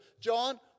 John